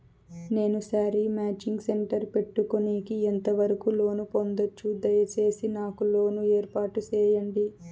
నేను sari matching centre పెట్టుకునేకి ఎంత వరకు లోను పొందొచ్చు? దయసేసి నాకు లోను ఏర్పాటు సేయండి?